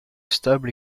stable